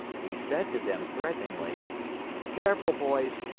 he said to them threateningly careful, boys,